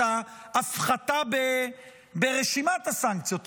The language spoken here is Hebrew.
את ההפחתה ברשימת הסנקציות,